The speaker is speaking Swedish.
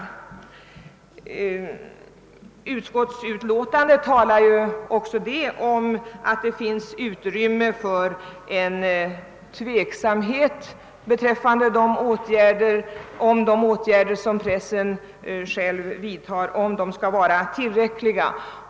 I utskottsutlåtandet sägs det också att det finns utrymme för tveksamhet, om de åtgärder som pressen själv vidtar är tillräckliga.